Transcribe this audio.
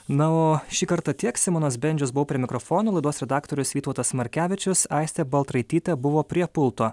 na o šį kartą tiek simonas bendžius buvau prie mikrofono laidos redaktorius vytautas markevičius aistė baltraitytė buvo prie pulto